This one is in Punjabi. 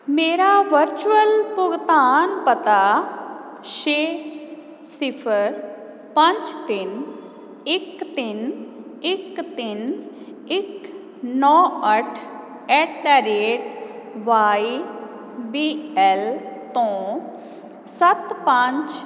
ਮੇਰਾ ਵਰਚੁਅਲ ਭੁਗਤਾਨ ਪਤਾ ਛੇ ਸਿਫ਼ਰ ਪੰਜ ਤਿੰਨ ਇੱਕ ਤਿੰਨ ਇੱਕ ਤਿੰਨ ਇੱਕ ਨੌਂ ਅੱਠ at the rate Y B L ਤੋਂ ਸੱਤ ਪੰਜ